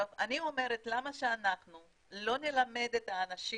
אני אומרת למה שאנחנו לא נלמד את האנשים